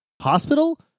hospital